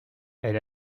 elle